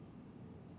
mm